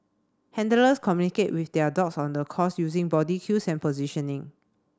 handlers communicate with their dogs on the course using body cues and positioning